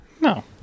No